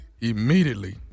immediately